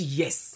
yes